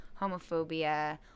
homophobia